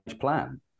plan